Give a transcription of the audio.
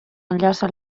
enllaça